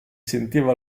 sentiva